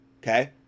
okay